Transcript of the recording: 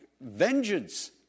vengeance